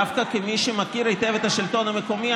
דווקא כמי שמכיר היטב את השלטון המקומי,